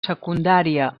secundària